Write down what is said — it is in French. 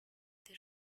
des